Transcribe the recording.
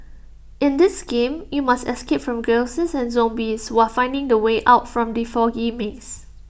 in this game you must escape from ghosts and zombies while finding the way out from the foggy maze